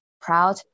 proud